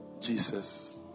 Jesus